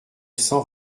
cent